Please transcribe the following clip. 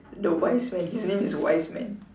the wise man his name is wise man